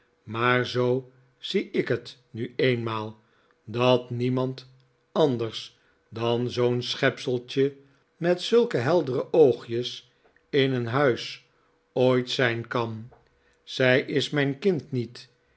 maar zoo zie ik het nu eenmaal dat niemand anders dan zoo'n schepseltje met zulke heldere oogjes in een huis ooit zijn kan zij is mijn kind niet